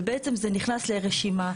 ובעצם זה נכנס לרשימה,